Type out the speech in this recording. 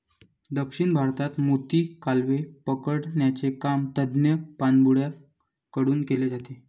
दक्षिण भारतात मोती, कालवे पकडण्याचे काम तज्ञ पाणबुड्या कडून केले जाते